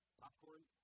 popcorn